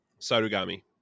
Sarugami